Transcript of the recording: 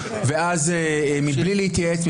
ואז מבלי להתייעץ,